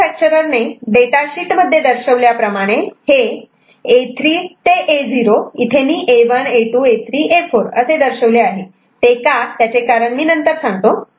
manufacturer ने data sheet मध्ये दर्शवल्याप्रमाणे हे A3 ते A0 इथे मी A1 A2 A3 A4 असे दर्शवले आहे ते का त्याचे कारण नंतर सांगतो